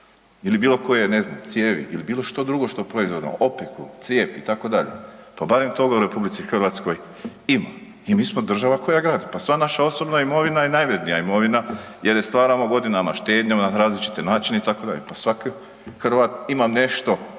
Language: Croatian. ili bilokoje ne znam, cijevi ili bilo što drugo što proizvodimo, opeku, crijep itd., pa barem to u RH ima. I mi smo država koja gradi. Pa sva naša osobna imovina je najvrednija imovina jer je stvaramo godinama, štednjom na različite načine itd., pa svaki Hrvat ima nešto